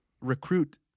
recruit